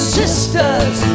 sisters